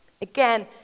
Again